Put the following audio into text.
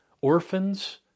Orphans